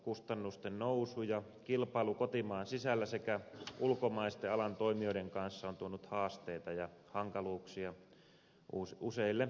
kustannusten nousu ja kilpailu kotimaan sisällä sekä ulkomaisten alan toimijoiden kanssa on tuonut haasteita ja hankaluuksia useille yrittäjille